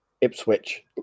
Ipswich